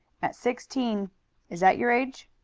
at sixteen is that your age?